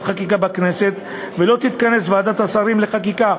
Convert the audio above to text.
חקיקה בכנסת ולא תתכנס ועדת השרים לחקיקה.